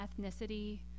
ethnicity